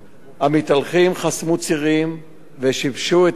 המתהלכים חסמו צירים ושיבשו את התנועה.